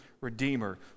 redeemer